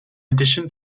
addition